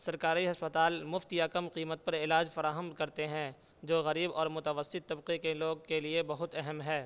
سرکاری ہسپتال مفت یا کم قیمت پر علاج فراہم کرتے ہیں جو غریب اور متوسط طبقے کے لوگ کے لیے بہت اہم ہے